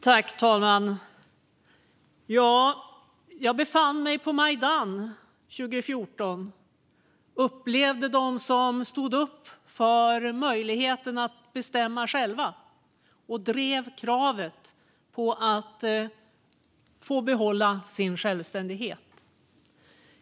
Fru talman! Jag befann mig på Majdan 2014 och upplevde hur människor stod upp för möjligheten att bestämma själva och hur de drev kravet att få behålla sin självständighet.